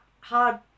hard